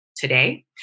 today